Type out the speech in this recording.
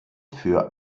für